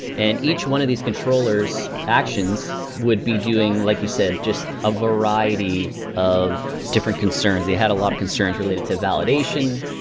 and each one of these controllers' actions would be doing, like you said, just a variety of different concerns. they had a lot of concerns related to validation,